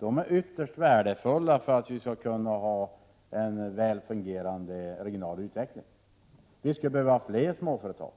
är ytterst värdefulla för att vi skall kunna ha en väl fungerande regional utveckling. Vi skulle behöva fler småföretag.